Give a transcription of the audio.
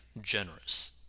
generous